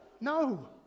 No